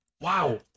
Wow